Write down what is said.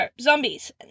zombies